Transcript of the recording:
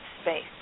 space